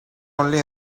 only